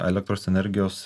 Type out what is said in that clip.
elektros energijos